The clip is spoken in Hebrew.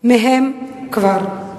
מהם כבר.